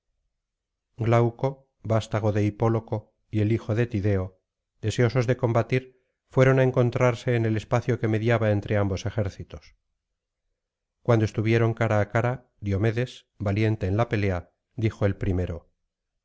glauco vastago de hipóloco y el hijo de'tideo deseosos de combatir fueron á encontrarse en el espacio que mediaba entre ambos ejércitos cuando estuvieron cara á cara diomedes valiente en la pelea dijo el primero